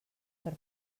per